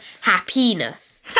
happiness